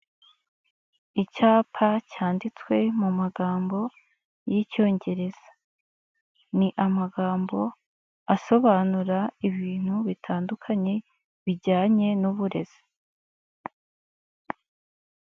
Icyapa cyanditswe mu magambo y'Icyongereza, ni amagambo asobanura ibintu bitandukanye bijyanye n'uburezi.